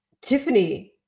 Tiffany